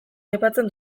aipatzen